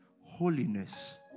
holiness